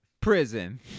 prison